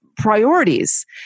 priorities